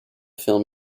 film